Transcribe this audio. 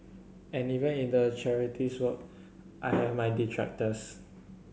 and even in the charities work I have my detractors